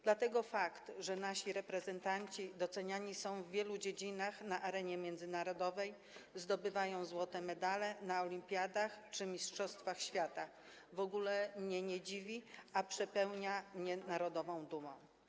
Dlatego fakt, że nasi reprezentanci doceniani są w wielu dziedzinach na arenie międzynarodowej, zdobywają złote medale na olimpiadach czy mistrzostwach świata, w ogóle mnie nie dziwi, a przepełnia mnie narodową dumą.